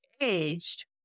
aged